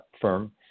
firm